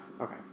okay